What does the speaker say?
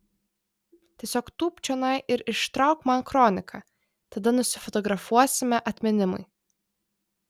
tiesiog tūpk čionai ir ištrauk man kroniką tada nusifotografuosime atminimui